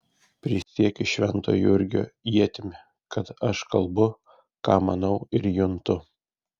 prisiekiu švento jurgio ietimi kad aš kalbu ką manau ir juntu